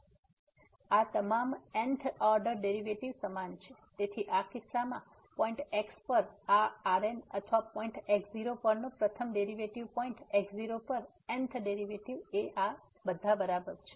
તેથી આ તમામ n th ઓર્ડર ડેરિવેટિવ સમાન છે તેથી આ કિસ્સામાં પોઈન્ટ x પર આ Rn અથવા પોઈન્ટ x0 પરનો પ્રથમ ડેરિવેટિવ પોઈન્ટ x0 પર n th ડેરિવેટિવ એ બધા બરાબર 0 છે